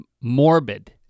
morbid